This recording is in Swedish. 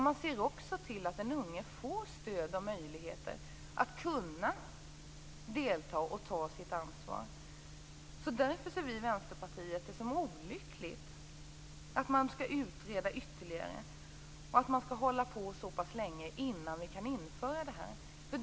Man ser även till att den unge får stöd och möjlighet att delta och ta sitt ansvar. Därför ser vi i Vänsterpartiet det som olyckligt att man skall utreda ytterligare och att man skall hålla på så länge innan vi kan införa detta.